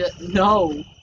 No